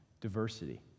diversity